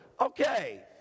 Okay